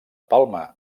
palma